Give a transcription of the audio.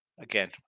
Again